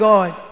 God